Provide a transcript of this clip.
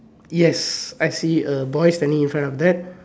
yes I see a boy standing in front of that